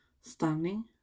stunning